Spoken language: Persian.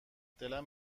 دلم